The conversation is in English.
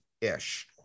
ish